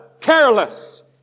careless